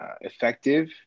effective